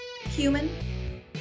Human